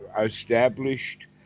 established